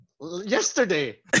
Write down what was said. Yesterday